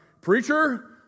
Preacher